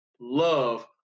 love